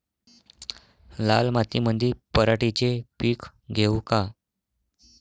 लाल मातीमंदी पराटीचे पीक घेऊ का?